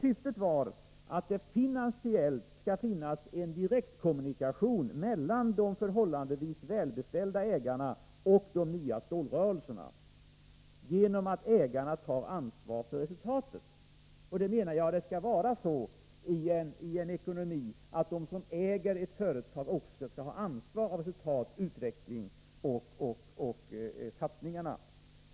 Syftet var att det finansiellt skulle finnas en direkt kommunikation mellan de förhållandevis välbeställda ägarna och de nya stålrörelserna genom att ägarna tog ansvar för resultatet. Jag menar att det skall vara så i en ekonomi, att de som äger ett företag också skall ha ansvar för resultat, utveckling och satsningar.